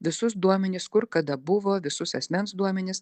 visus duomenis kur kada buvo visus asmens duomenis